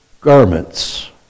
garments